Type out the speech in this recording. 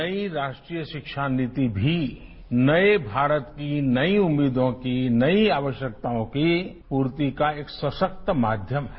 नई राष्ट्रीय शिक्षा नीति भी नये भारत की नई उम्मीदों की नई आवश्यकताओं की पूर्ति का एक सशक्त माध्यम है